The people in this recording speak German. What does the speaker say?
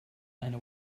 eine